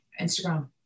instagram